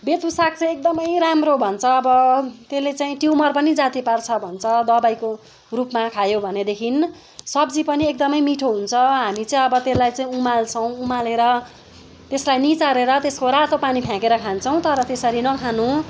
बेथु साग चाहिँ एकदमै राम्रो भन्छ अब त्यसले चाहिँ ट्युमर पनि जाती पार्छ भन्छ दबाईको रूपमा खायो भनेदेखि सब्जी पनि एकदमै मिठो हुन्छ हामी चाहिँ अब त्यसलाई चाहिँ उमाल्छौँ उमालेर त्यसलाई निचारेर त्यसको रातो पानी फ्याँकेर खान्छौँ तर त्यसरी नखानु